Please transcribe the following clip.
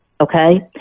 okay